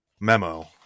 memo